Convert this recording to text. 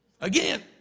Again